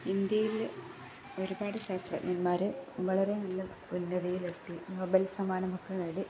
ഇന്ത്യയില് ഒരുപാട് ശാസ്ത്രജ്ഞന്മാര് വളരെ നല്ല ഉന്നതിയിലെത്തി നൊബേൽ സമ്മാനമൊക്കെ നേടി